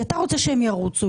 אתה רוצה שהן ירוצו,